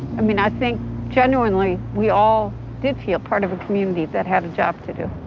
i mean, i think genuinely we all did feel part of a community that have a job to do.